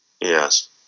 Yes